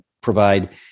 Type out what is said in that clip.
provide